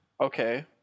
Okay